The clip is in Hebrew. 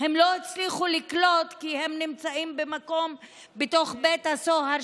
הם לא הצליחו לקלוט כי הם נמצאים בתוך בית הסוהר,